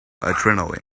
adrenaline